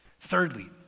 Thirdly